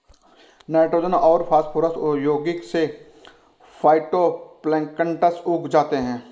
nitrogen और phosphorus यौगिक से फाइटोप्लैंक्टन उग जाते है